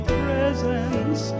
presence